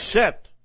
set